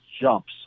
jumps